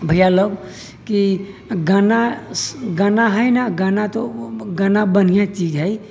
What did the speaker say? भैया लोग कि गन्ना गन्ना है न गन्ना तो गन्ना बढ़िऑं चीज है